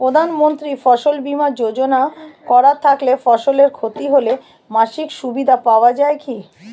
প্রধানমন্ত্রী ফসল বীমা যোজনা করা থাকলে ফসলের ক্ষতি হলে মাসিক সুবিধা পাওয়া য়ায় কি?